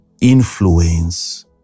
influence